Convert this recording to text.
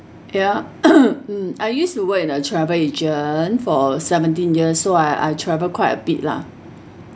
ya mm I used to work in a travel agent for seventeen years so I I travel quite a bit lah